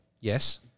Yes